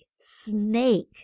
snake